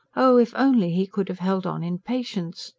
oh, if only he could have held on in patience!